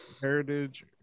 heritage